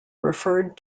referred